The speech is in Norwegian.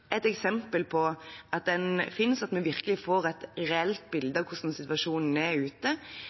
Et eksempel som viser at en virkelig får et reelt bilde av hvordan situasjonen er ute,